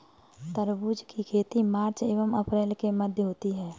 तरबूज की खेती मार्च एंव अप्रैल के मध्य होती है